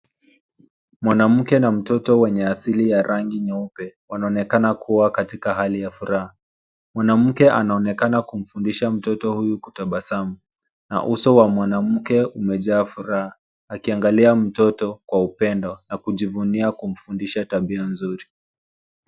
Mwanamke na mtoto wenye asili ya rangi nyeupe wanaonekana kuwa katika hali ya furaha. Mwanamke anaonekana kumfundisha mtoto huyu kutabasamu. Na uso wa mwanamke umejaa furaha, akiangalia mtoto kwa upendo na kujivunia kumfundisha tabia nzuri.